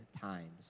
times